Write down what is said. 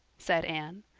said anne.